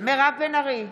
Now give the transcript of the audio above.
מירב בן ארי,